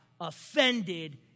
offended